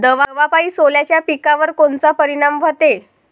दवापायी सोल्याच्या पिकावर कोनचा परिनाम व्हते?